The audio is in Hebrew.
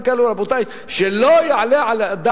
וכל מיני דברים כאלה,